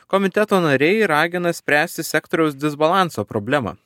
komiteto nariai ragina spręsti sektoriaus disbalanso problemą